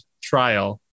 trial